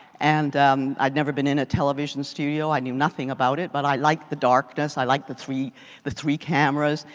and i never been in a television studio. i knew nothing about it. but i liked the darkness. i like the three the three cameras.